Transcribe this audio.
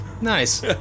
nice